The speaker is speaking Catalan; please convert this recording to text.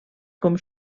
com